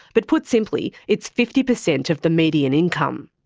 but put simply, it's fifty percent of the median income.